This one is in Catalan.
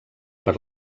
per